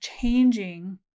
changing